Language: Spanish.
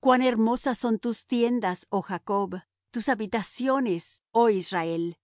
cuán hermosas son tus tiendas oh jacob tus habitaciones oh israel